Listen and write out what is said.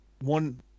one